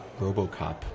robocop